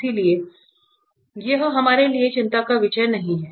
इसलिए यह हमारे लिए चिंता का विषय नहीं है